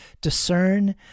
discern